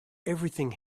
everything